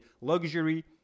luxury